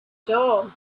dawn